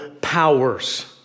powers